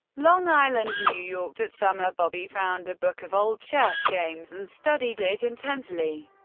long island, new york, that summer, bobby found a book of old chess games and studied it intensely.